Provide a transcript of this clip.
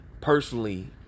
personally